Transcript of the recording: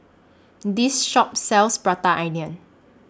This Shop sells Prata Onion